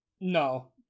No